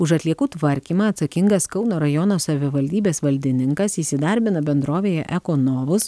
už atliekų tvarkymą atsakingas kauno rajono savivaldybės valdininkas įsidarbina bendrovėje ekonovus